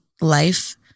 life